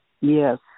yes